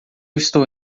estou